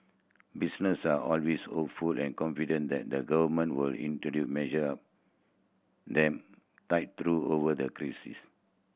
business are always hopeful and confident that the Government will introduce measure them tide through over the crisis